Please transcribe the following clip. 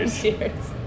Cheers